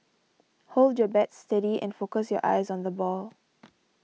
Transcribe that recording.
hold your bat steady and focus your eyes on the ball